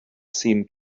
seemed